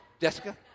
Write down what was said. Jessica